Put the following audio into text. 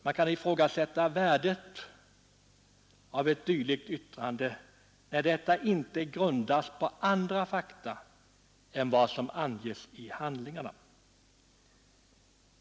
Man kan i frågasätta värdet av ett dylikt yttrande, när detta inte grundas på andra fakta än vad som anges i handlingarna.